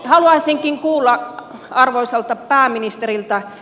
haluaisinkin kuulla arvoisalta pääministeriltä